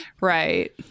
Right